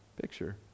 picture